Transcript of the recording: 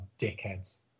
dickheads